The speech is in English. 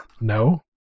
No